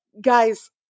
Guys